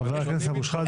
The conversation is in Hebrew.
חבר הכנסת אבו שחאדה,